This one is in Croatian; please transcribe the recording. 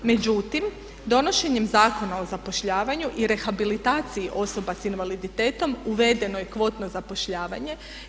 Međutim, donošenjem Zakona o zapošljavanju i rehabilitaciji osoba s invaliditetom uvedeno je kvotno zapošljavanje.